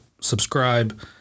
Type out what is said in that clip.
subscribe